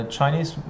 Chinese